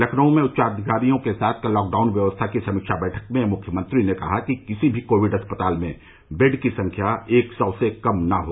लखनऊ में उच्चाधिकारियों के साथ कल लॉकडाउन व्यवस्था की समीक्षा बैठक में मुख्यमंत्री ने कहा कि किसी भी कोविड अस्पताल में बेड की संख्या एक सौ से कम न हो